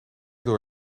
door